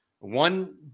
One